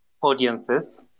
audiences